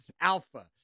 Alpha